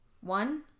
One